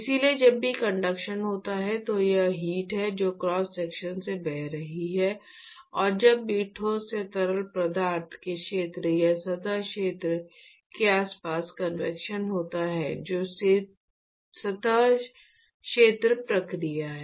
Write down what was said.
इसलिए जब भी कंडक्शन होता है तो यह हीट है जो क्रॉस सेक्शन में बह रही है और जब भी ठोस से तरल पदार्थ के क्षेत्र या सतह क्षेत्र के आसपास कन्वेक्शन होता है जो सतह क्षेत्र प्रक्रिया है